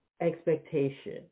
expectation